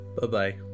Bye-bye